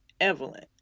Evelyn